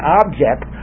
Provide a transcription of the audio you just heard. object